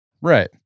Right